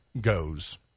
goes